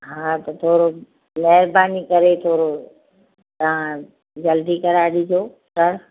हा त थरो महिरबानी करे थोरो तव्हां जल्दी कराए ॾिजो सर